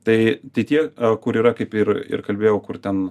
tai tai tie kur yra kaip ir ir kalbėjau kur ten